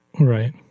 Right